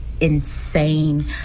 insane